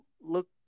look